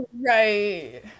Right